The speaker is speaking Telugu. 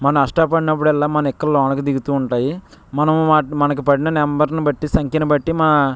మన అష్టపడినప్పుడల్లా మన ఇక్కలు దిగుతూ ఉంటాయి మనం వాటి మనకు పడిన నెంబర్ని బట్టి సంఖ్యను బట్టి మా